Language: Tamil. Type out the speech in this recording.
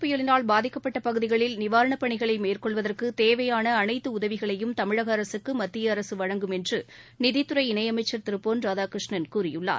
புயலினால் பாதிக்கப்பட்டபகுதிகளில் நிவாரணப் கஐ பணிகளைமேற்கொள்வதற்குதேவையானஅனைத்துஉதவிகளையும் தமிழகஅரசுக்குமத்தியஅரசுவழங்கும் என்றுநிதித்துறை இணையமைச்சர் திருபொன் ராதாகிருஷ்ணன் கூறியுள்ளார்